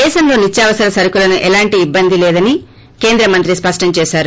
దేశంలో నిత్యావసర సరుకులకు ఎలాంటి ఇబ్బంది లేదని కేంద్ర మంత్రి స్పష్టం చేశారు